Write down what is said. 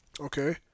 Okay